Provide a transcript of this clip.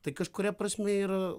tai kažkuria prasme yra